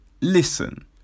Listen